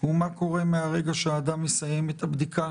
הוא מה קורה מרגע שאדם מסיים את הבדיקה